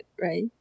right